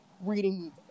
reading